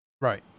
Right